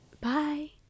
Bye